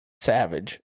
savage